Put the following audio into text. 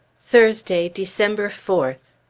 thursday, december fourth.